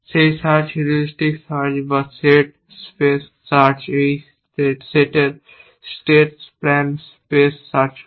সেই search heuristic search বা set space search এই সেটের স্টেট প্ল্যান স্পেস সার্চ করে